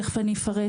תכף אני אפרט,